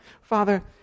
Father